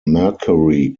mercury